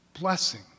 Blessing